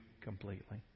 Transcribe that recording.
completely